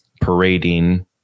parading